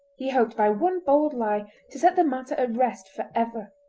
he hoped by one bold lie to set the matter at rest for ever.